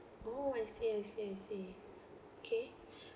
oh I see I see I see okay